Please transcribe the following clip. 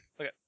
Okay